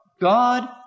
God